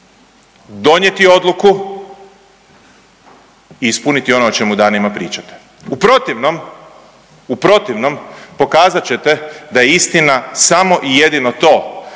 donijeti odluku i ispuniti ono o čemu danima pričate. U protivnom, u protivnom pokazat ćete da je istina samo i jedino to